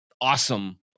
awesome